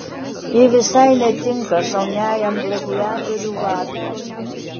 ji visai netinka šauniajam gladiatorių vadui